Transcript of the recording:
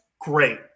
great